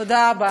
תודה רבה.